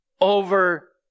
over